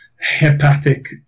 hepatic